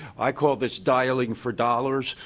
i call this dialing for dollars.